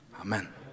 amen